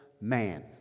man